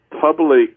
public